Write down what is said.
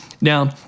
Now